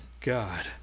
God